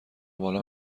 بالا